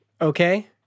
okay